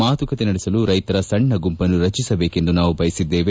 ಮಾತುಕತೆ ನಡೆಸಲು ರೈತರ ಸಣ್ಣ ಗುಂಪನ್ನು ರಚಿಸಬೇಕೆಂದು ನಾವು ಬಯಸಿದ್ದೇವೆ